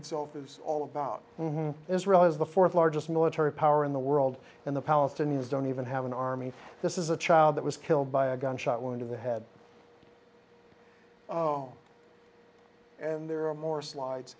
itself is all about israel is the fourth largest military power in the world and the palestinians don't even have an army this is a child that was killed by a gunshot wound to the head and there are more slides